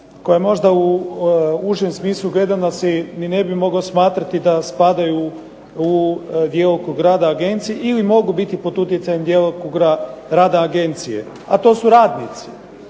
koja možda u užem smislu gledana se ni ne bi mogla smatrati da spadaju u djelokrug rada agencije ili mogu biti pod utjecajem djelokruga rada agencije, a to su radnici.